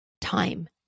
time